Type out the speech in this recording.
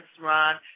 Ron